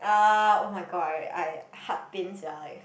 um [oh]-my-god I I heart pain sia like